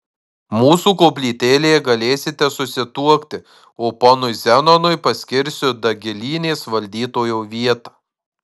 mūsų koplytėlėje galėsite susituokti o ponui zenonui paskirsiu dagilynės valdytojo vietą